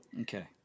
Okay